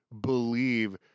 believe